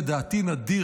לדעתי נדיר,